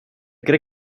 cree